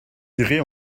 irez